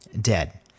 dead